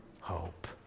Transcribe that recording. hope